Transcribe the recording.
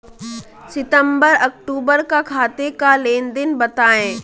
सितंबर अक्तूबर का खाते का लेनदेन बताएं